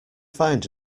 find